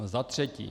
Za třetí.